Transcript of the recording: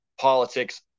politics